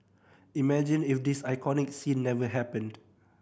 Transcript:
imagine if this iconic scene never happened